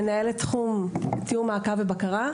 אני מנהלת תחום תיאום מעקב ובקרה,